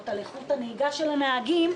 פיתוח המקומות